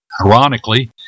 Ironically